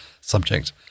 subject